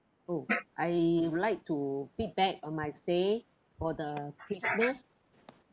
oh I would like to feedback on my stay for the christmas